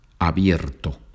abierto